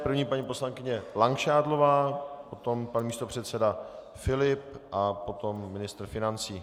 První paní poslankyně Langšádlová, potom pan místopředseda Filip a potom ministr financí.